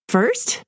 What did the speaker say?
First